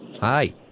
Hi